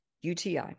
UTI